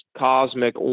cosmic